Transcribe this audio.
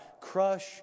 crush